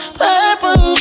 purple